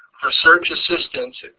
research assistants,